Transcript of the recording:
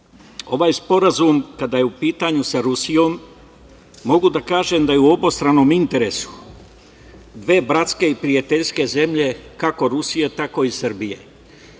Ovaj sporazum, kada je u pitanju sa Rusijom, mogu da kažem da je u obostranom interesu dve bratske i prijateljske zemlje, kako Rusije tako i